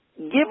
Give